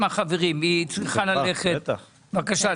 בבקשה.